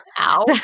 ow